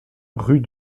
rue